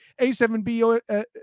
A7B